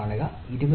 04ആണ്